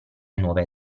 nuove